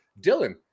Dylan